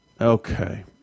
Okay